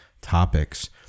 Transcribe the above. topics